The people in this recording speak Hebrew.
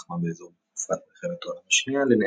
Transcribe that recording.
שלחמה באזור בתקופת מלחמת העולם השנייה,